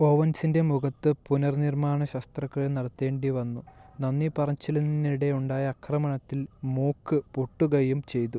ഓവൻസിന്റെ മുഖത്ത് പുനർനിർമ്മാണ ശസ്ത്രക്രിയ നടത്തേണ്ടി വന്നു നന്ദി പറച്ചിലിനിടെ ഉണ്ടായ ആക്രമണത്തിൽ മൂക്ക് പൊട്ടുകയും ചെയ്തു